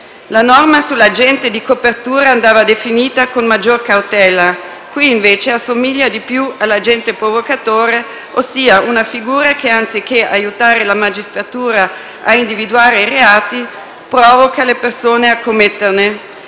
La norma sull'agente di copertura andava definita con maggiore cautela. Qui, invece, assomiglia di più all'agente provocatore, ossia una figura che, anziché aiutare la magistratura a individuare i reati, provoca le persone a commetterne,